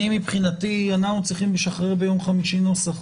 אנחנו צריכים לשחרר ביום חמישי נוסח.